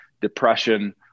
depression